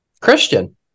Christian